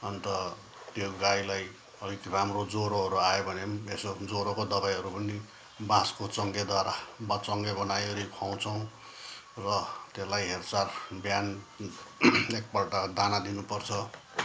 अन्त त्यो गाईलाई अलिक राम्रो ज्वरोहरू आयो भने पनि यसो ज्वरोको दवाईहरू पनि बाँसको चोङ्गेद्वारा चोङ्गे बनाइवरी खुवाउछौँ र त्यसलाई हेरचाह बिहान एकपल्ट दाना दिनुपर्छ